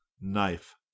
knife